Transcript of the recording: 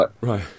Right